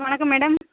வணக்கம் மேடம்